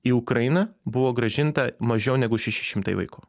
į ukrainą buvo grąžinta mažiau negu šeši šimtai vaikų